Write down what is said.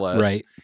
right